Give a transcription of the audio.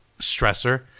stressor